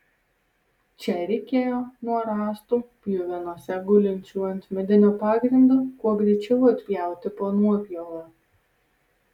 čia reikėjo nuo rąstų pjuvenose gulinčių ant medinio pagrindo kuo greičiau atpjauti po nuopjovą